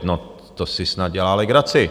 No, to si snad dělá legraci.